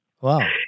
Wow